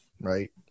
Right